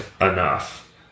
enough